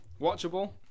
Watchable